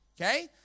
Okay